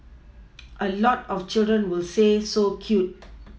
a lot of children will say so cute